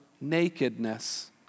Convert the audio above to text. nakedness